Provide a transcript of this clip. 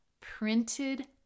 printed